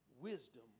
Wisdom